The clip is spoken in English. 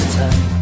time